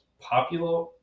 popular